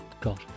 God